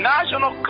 National